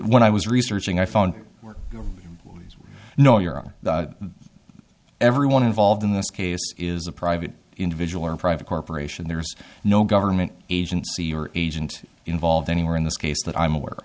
when i was researching i found were these no your everyone involved in this case is a private individual or a private corporation there's no government agency or agent involved anymore in this case that i'm aware